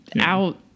out